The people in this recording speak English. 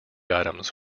items